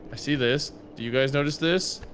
ah see this, do you guys notice this?